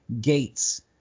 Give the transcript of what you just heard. gates